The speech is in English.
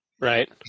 Right